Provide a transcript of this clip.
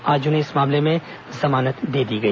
आज उन्हें इस मामले में जमानत दे दी गई